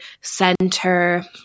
center